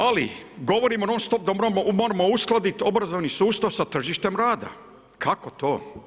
Ali govorimo non-stop da moramo uskladiti obrazovni sustav sa tržištem rada, kako to?